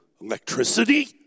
electricity